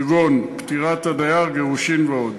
כגון פטירת הדייר, גירושין ועוד.